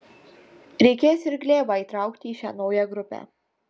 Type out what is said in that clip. reikės ir glėbą įtraukti į šią naują grupę